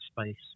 space